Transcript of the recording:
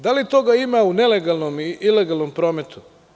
Da li toga ima u nelegalnom i ilegalnom prometu?